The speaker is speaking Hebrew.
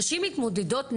נשים מתמודדות נפש,